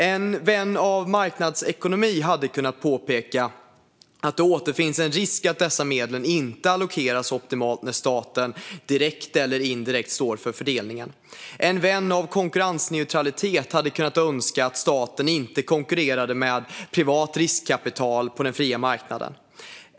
En vän av marknadsekonomi hade kunnat påpeka att det finns en risk för att dessa medel inte allokeras optimalt när staten direkt eller indirekt står för fördelningen. En vän av konkurrensneutralitet hade kunnat önska att staten inte konkurrerade med privat riskkapital på den fria marknaden.